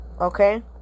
Okay